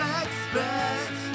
expect